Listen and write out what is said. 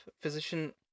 physician